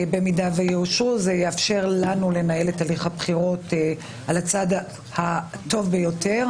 זה יאפשר לנו לנהל את הליך הבחירות על הצד הטוב ביותר,